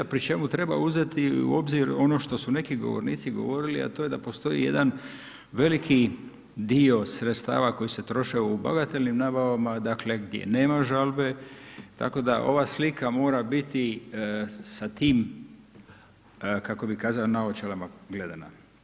Pri čemu treba uzeti i u obzir ono što su neki govornici govorili, a to je da postoji jedan veliki dio sredstava koji se troše u bagatelnim nabavama, dakle gdje nema žalbe, tako da ova slika mora biti sa tim kako bi kazao naočalama gledana.